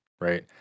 right